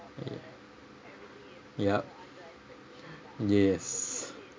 ya yup yes